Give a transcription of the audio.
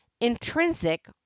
intrinsic